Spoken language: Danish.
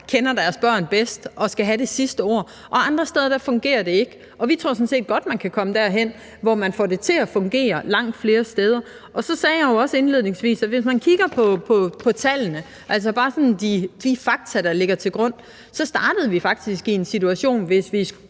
kender deres børn bedst og skal have det sidste ord, og andre steder fungerer det ikke. Vi tror sådan set godt, man kan komme derhen, hvor man får det til at fungere langt flere steder. Så sagde jeg jo også indledningsvis, at hvis man kigger på tallene, altså bare sådan de fakta, der ligger til grund, startede vi faktisk i en situation, hvis vi skruer